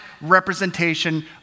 representation